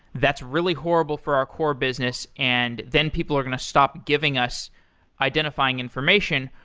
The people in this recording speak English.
that's really horrible for our core business. and then, people are going to stop giving us identifying information.